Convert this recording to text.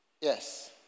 Yes